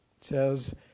says